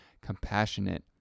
compassionate